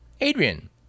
Adrian